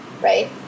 Right